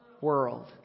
world